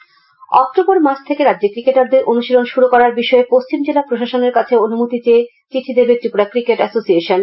cricket অক্টোবর মাস থেকে রাজ্যের ক্রিকেটারদের অনুশীলন শুরু করার বিষয়ে পশ্চিম জেলা প্রশাসনের কাছে অনুমতি চেয়ে চিঠি দেবে ত্রিপুরা ক্রিকেট এসোসিয়েশন